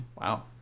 Wow